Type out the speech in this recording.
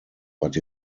but